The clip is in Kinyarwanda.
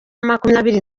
makumyabiri